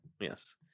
yes